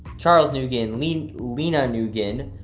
charles nguyen, lena lena nguyen.